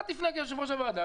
אתה תפנה כיושב-ראש הוועדה,